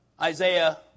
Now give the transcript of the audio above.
Isaiah